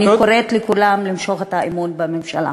אני קוראת לכולם למשוך את האמון מהממשלה.